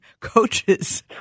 coaches